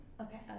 Okay